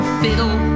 fiddle